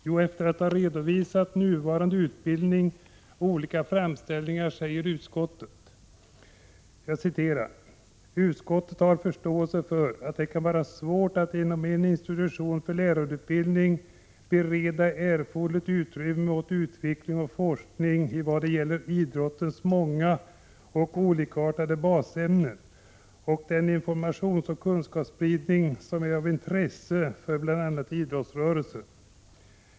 Jo, efter att ha redovisat nuvarande utbildning och olika framställningar säger utskottet: ”Utskottet har förståelse för att det kan vara svårt att inom en institution för lärarutbildning bereda erforderligt utrymme åt utveckling och forskning i vad gäller idrottens många och olikartade basämnen och den informationsoch kunskapsspridning som är av intresse för bl.a. idrottsrörelsen.